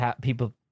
people